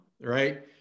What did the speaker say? Right